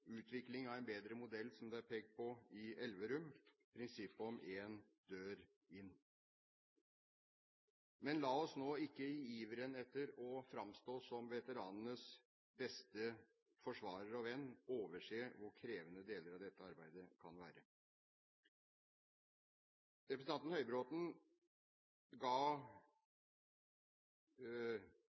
utvikling av en bedre modell, som det er pekt på, i Elverum prinsippet om én dør inn. Men la oss nå ikke i iveren etter å framstå som veteranenes beste forsvarer og venn overse hvor krevende deler av dette arbeidet kan være. Representanten Høybråten ga